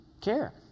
care